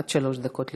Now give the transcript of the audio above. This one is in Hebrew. עד שלוש דקות לרשותך.